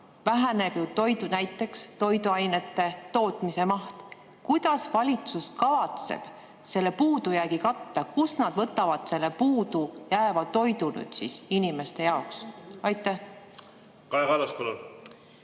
väheneb ju näiteks toiduainete tootmise maht. Kuidas valitsus kavatseb selle puudujäägi katta? Kust nad võtavad selle puudujääva toidu siis inimeste jaoks? Kaja Kallas,